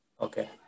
Okay